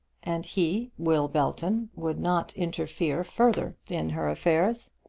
and he, will belton, would not interfere further in her affairs.